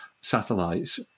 satellites